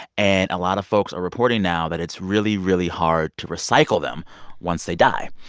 and a lot of folks are reporting now that it's really, really hard to recycle them once they die.